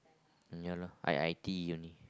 uh ya lah I I_T_E only